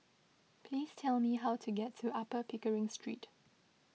please tell me how to get to Upper Pickering Street